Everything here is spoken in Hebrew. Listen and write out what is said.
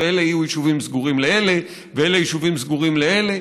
ואלה יהיו יישובים סגורים לאלה ואלה יישובים סגורים לאלה.